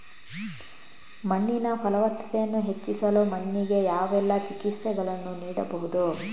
ಮಣ್ಣಿನ ಫಲವತ್ತತೆಯನ್ನು ಹೆಚ್ಚಿಸಲು ಮಣ್ಣಿಗೆ ಯಾವೆಲ್ಲಾ ಚಿಕಿತ್ಸೆಗಳನ್ನು ನೀಡಬಹುದು?